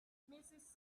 mrs